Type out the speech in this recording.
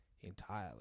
entirely